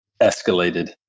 escalated